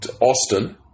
Austin